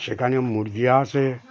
সেখানে মুরগি আছে